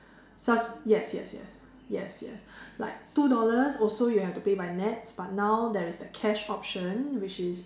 yes yes yes yes yes like two dollars also you have to pay by nets but now there is the cash option which is